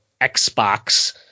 xbox